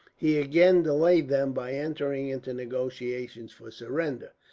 he again delayed them by entering into negotiations for surrender.